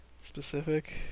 specific